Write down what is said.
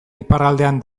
iparraldean